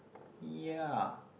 ya